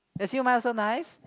the sui-mai also nice